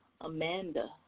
Amanda